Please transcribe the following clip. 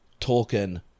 tolkien